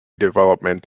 development